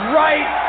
right